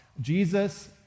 Jesus